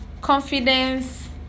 confidence